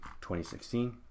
2016